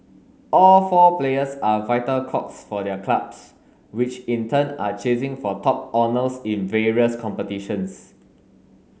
all four players are vital cogs for their clubs which in turn are chasing for top honours in various competitions